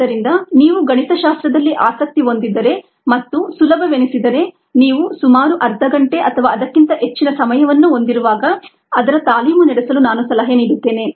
ಆದ್ದರಿಂದ ನೀವು ಗಣಿತಶಾಸ್ತ್ರದಲ್ಲಿ ಆಸಕ್ತಿ ಹೊಂದಿದ್ದರೆ ಮತ್ತು ಸುಲಭವೆನಿಸಿದರೆ ನೀವು ಸುಮಾರು ಅರ್ಧ ಗಂಟೆ ಅಥವಾ ಅದಕ್ಕಿಂತ ಹೆಚ್ಚಿನ ಸಮಯವನ್ನು ಹೊಂದಿರುವಾಗ ಅದರ ತಾಲೀಮು ನಡೆಸಲು ನಾನು ಸಲಹೆ ನೀಡುತ್ತೇನೆ